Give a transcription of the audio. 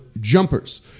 jumpers